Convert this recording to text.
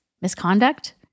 misconduct